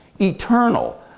eternal